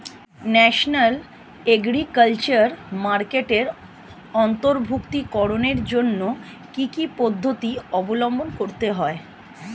National agriculture মার্কেটে অন্তর্ভুক্তিকরণের জন্য কি কি পদ্ধতি অবলম্বন করতে হয়?